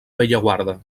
bellaguarda